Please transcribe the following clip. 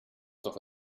doch